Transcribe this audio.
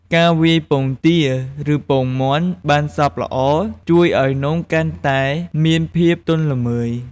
ការវាយពងទា ឬពងមាន់បានសព្វល្អ ជួយឱ្យនំកាន់តែមានភាពទន់ល្មើយ។